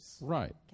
Right